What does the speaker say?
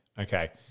Okay